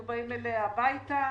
היו באים אליה הביתה,